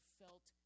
felt